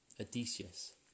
Odysseus